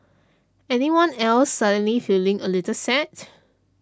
anyone else suddenly feeling a little sad